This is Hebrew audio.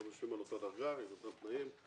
הם על אותה דרגה, עם אותם תנאים.